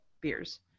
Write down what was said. beers